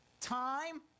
time